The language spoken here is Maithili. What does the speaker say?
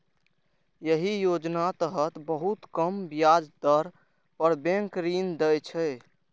एहि योजना के तहत बहुत कम ब्याज दर पर बैंक ऋण दै छै